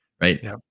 Right